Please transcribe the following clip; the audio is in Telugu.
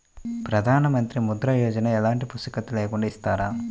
ప్రధానమంత్రి ముద్ర యోజన ఎలాంటి పూసికత్తు లేకుండా ఇస్తారా?